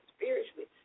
spiritually